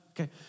Okay